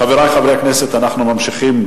חברי חברי הכנסת, אנחנו ממשיכים